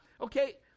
Okay